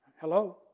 Hello